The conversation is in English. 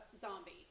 Zombie